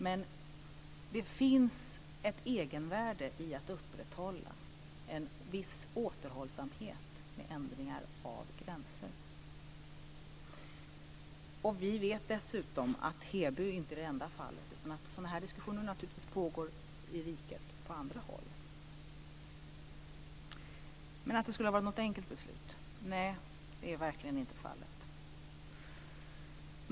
Men det finns ett egenvärde i att upprätthålla en viss återhållsamhet med ändringar av gränser. Vi vet dessutom att Heby inte är det enda fallet. Sådana här diskussioner pågår naturligtvis på andra håll i riket. Men att detta skulle ha varit något enkelt beslut är verkligen inte fallet.